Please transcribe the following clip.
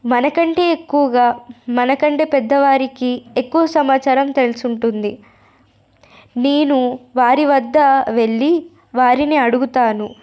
మనకంటే ఎక్కువగా మనకంటే పెద్దవారికి ఎక్కువ సమాచారం తెలిసి ఉంటుంది నేను వారి వద్ద వెళ్ళి వారినే అడుగుతాను